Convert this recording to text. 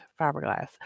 Fiberglass